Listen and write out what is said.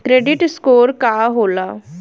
Credit score का होला?